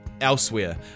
Elsewhere